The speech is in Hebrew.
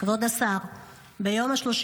דבי ביטון בנושא סיום